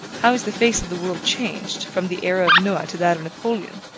how is the face of the world changed, from the era of noah to that of napoleon!